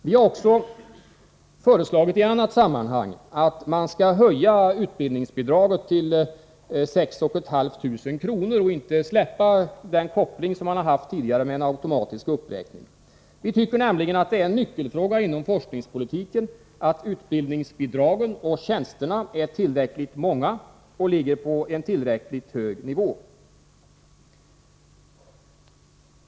Vi har också föreslagit i annat sammanhang att man skall höja utbildningsbidraget till sex och ett halvt tusen kronor per månad och inte släppa den koppling som funnits tidigare med en automatisk uppräkning. Vi tycker nämligen att det är en nyckelfråga inom forskningspolitiken att utbildningsbidragen och tjänsterna är tillräckligt många och ligger på en tillräckligt hög nivå.